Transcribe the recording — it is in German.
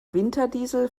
winterdiesel